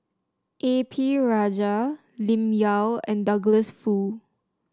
A P Rajah Lim Yau and Douglas Foo